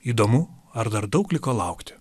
įdomu ar dar daug liko laukti